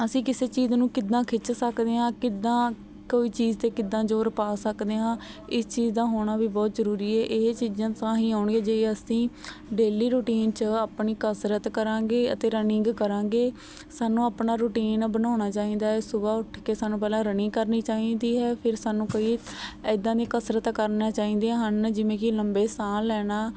ਅਸੀਂ ਕਿਸੇ ਚੀਜ਼ ਨੂੰ ਕਿੱਦਾਂ ਖਿੱਚ ਸਕਦੇ ਹਾਂ ਕਿੱਦਾਂ ਕੋਈ ਚੀਜ਼ ਅਤੇ ਕਿੱਦਾਂ ਜ਼ੋਰ ਪਾ ਸਕਦੇ ਹਾਂ ਇਸ ਚੀਜ਼ ਦਾ ਹੋਣਾ ਵੀ ਬਹੁਤ ਜ਼ਰੂਰੀ ਹੈ ਇਹ ਚੀਜ਼ਾਂ ਤਾਂ ਹੀ ਆਉਣਗੀਆਂ ਜੇ ਅਸੀਂ ਡੇਲੀ ਰੂਟੀਨ 'ਚ ਆਪਣੀ ਕਸਰਤ ਕਰਾਂਗੇ ਅਤੇ ਰਨਿੰਗ ਕਰਾਂਗੇ ਸਾਨੂੰ ਆਪਣਾ ਰੂਟੀਨ ਬਣਾਉਣਾ ਚਾਹੀਦਾ ਸੁਬਹਾ ਉੱਠ ਕੇ ਸਾਨੂੰ ਪਹਿਲਾਂ ਰਨਿੰਗ ਕਰਨੀ ਚਾਹੀਦੀ ਹੈ ਫਿਰ ਸਾਨੂੰ ਕੋਈ ਇੱਦਾਂ ਦੀਆਂ ਕਸਰਤਾਂ ਕਰਨੀਆਂ ਚਾਹੀਦੀਆਂ ਹਨ ਜਿਵੇਂ ਕਿ ਲੰਬੇ ਸਾਹ ਲੈਣਾ